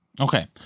okay